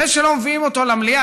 זה שלא מביאים אותו למליאה,